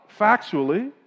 factually